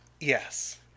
Yes